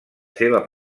seva